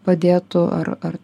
padėtų ar ar